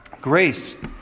Grace